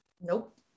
Nope